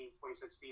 2016